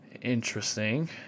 Interesting